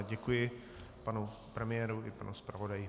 Děkuji panu premiérovi i panu zpravodaji.